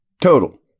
total